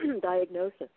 diagnosis